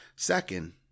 Second